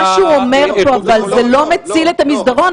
אבל מה שהוא אומר פה לא מציל את המסדרון,